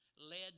led